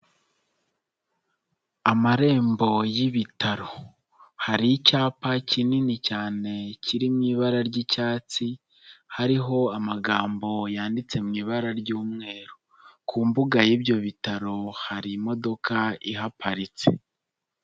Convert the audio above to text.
Amarembo y'ibitaro, hari icyapa kinini cyane kiri mui ibara ry'icyatsi hariho amagambo yanditsew'i ibara ry'umweru, ku mbuga y'ibyo bitaro harimo ihaparitse.